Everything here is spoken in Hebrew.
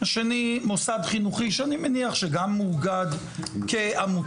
השני מוסד חינוכי שאני מניח שגם מאוגד כעמותה,